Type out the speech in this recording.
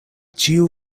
ĉiu